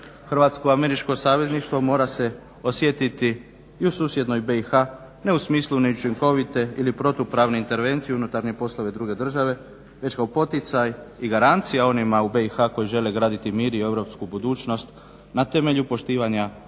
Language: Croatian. Hrvatsko-američko savezništvo mora se osjetiti i u susjednoj BiH, ne u smislu neučinkovite ili protupravne intervencije unutarnje poslove druge države već kao poticaj i garancija onima u BiH koji žele graditi mir i europsku budućnost na temelju poštivanja prava